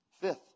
Fifth